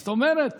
זאת אומרת